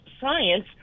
science